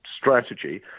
strategy